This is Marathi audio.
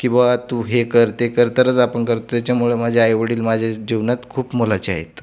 की बा तू हे कर ते कर तरच आपण करतो त्याच्यामुळे माझे आईवडील माझ्या जीवनात खूप मोलाचे आहेत